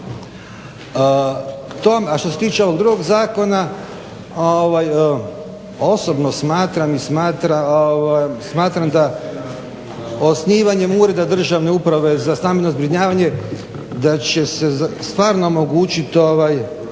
A što se tiče ovog drugog zakona, osobno smatram da osnivanjem Ureda državne uprave za stambeno zbrinjavanje da će se stvarno omogućiti